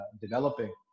developing